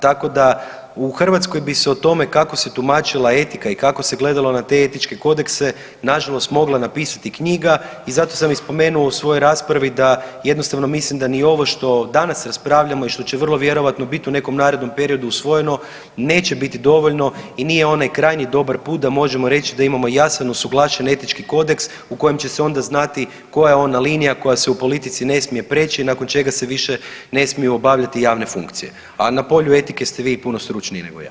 Tako da u Hrvatskoj bi se o tome kako se tumačila etika i kako se gledalo na te etičke kodekse nažalost mogla napisati knjiga i zato sam i spomenuo u svojoj raspravi da jednostavno mislim da ni ovo što danas raspravljamo i što će vrlo vjerojatno bit u nekom narednom periodu usvojeno neće biti dovoljno i nije onaj krajnji dobar put da možemo reći da imamo jasan usuglašen etički kodeks u kojem će se onda znati koja je ona linija koja se u politici ne smije prijeći nakon čega se više ne smiju obavljati javne funkcije, a na polju etike ste vi puno stručniji nego ja.